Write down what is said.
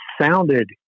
sounded